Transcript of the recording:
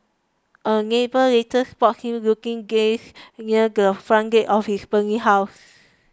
a neighbour later spotted him looking gazed near the front gate of his burning house